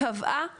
קבעה אגרה,